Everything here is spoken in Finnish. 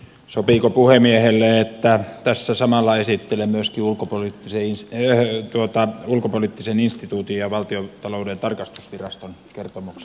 sopiiko puhemiehelle että tässä samalla esittelen myöskin ulkopoliittisen instituutin ja valtiontalouden tarkastusviraston kertomukset